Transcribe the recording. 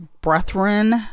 Brethren